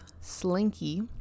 slinky